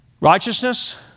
Righteousness